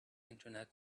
internet